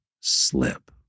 slip